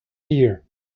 here